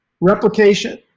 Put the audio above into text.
replication